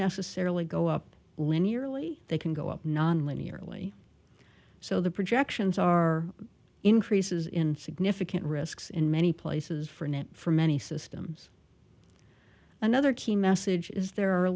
necessarily go up linearly they can go up non linearly so the projections are increases in significant risks in many places for net for many systems another key message is there are